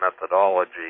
methodology